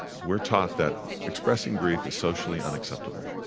we're taught that expressing grief is socially unacceptable.